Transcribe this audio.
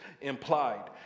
implied